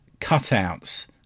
cutouts